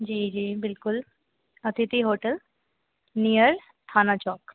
जी जी बिल्कुल Atithi hotel near Thana चौक